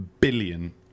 billion